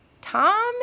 Tom